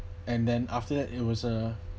and then after that it was a